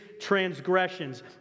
transgressions